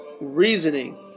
reasoning